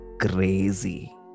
crazy